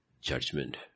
judgment